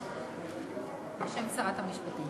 בשם שרת המשפטים.